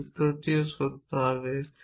সেই সূত্রটি সত্য হতে হবে